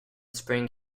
spring